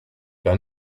pas